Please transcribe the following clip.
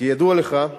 כידוע לך,